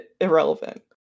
irrelevant